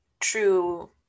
true